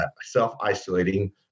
self-isolating